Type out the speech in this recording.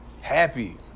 happy